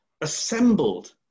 assembled